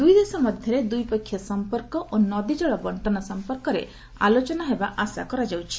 ଦୁଇଦେଶ ମଧ୍ୟରେ ଦ୍ୱିପକ୍ଷୀୟ ସଂପର୍କ ଓ ନଦୀକଳ ବଣ୍ଟନ ସଂପର୍କରେ ଆଲୋଚନା ହେବା ଆଶା କରାଯାଉଛି